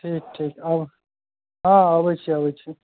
ठीक ठीक आउ हाँ अबै छी अबै छी